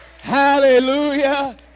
Hallelujah